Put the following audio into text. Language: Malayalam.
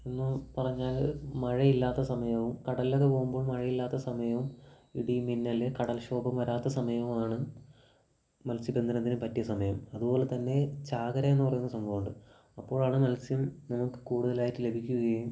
എന്ന് പറഞ്ഞാൽ മഴയില്ലാത്ത സമയവും കടലിനകത്തു പോകുമ്പോൾ മഴയില്ലാത്ത സമയവും ഇടി മിന്നല് കടൽക്ഷോഭം വരാത്ത സമയവുമാണ് മത്സ്യബന്ധനത്തിന് പറ്റിയ സമയം അതുപോലെത്തന്നെ ചാകര എന്ന് പറയുന്ന സംഭവമുണ്ട് അപ്പോഴാണ് മത്സ്യം നമുക്ക് കൂടുതലായിട്ട് ലഭിക്കുകയും